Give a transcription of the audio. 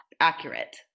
accurate